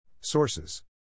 Sources